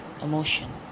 emotion